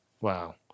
wow